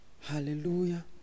Hallelujah